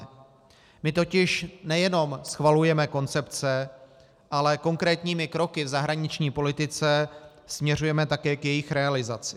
My totiž nejenom schvalujeme koncepce, ale konkrétními kroky v zahraniční politice směřujeme také k jejich realizaci.